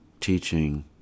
teaching